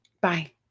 Bye